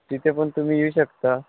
तिथे पण तुम्ही येऊ शकता